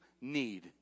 need